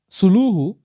suluhu